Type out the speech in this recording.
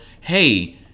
hey